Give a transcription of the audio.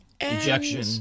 Ejection